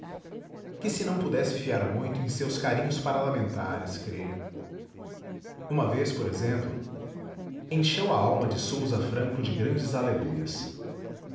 que se não pudesse fiar muito em seus carinhos parlamentares creio uma vez por exemplo encheu a alma de sousa franco de grandes aleluias